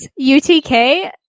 UTK